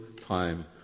time